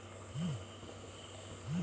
Account balance ಹೇಗೆ check ಮಾಡುವುದು?